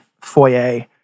foyer